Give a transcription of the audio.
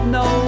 no